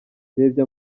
ndebye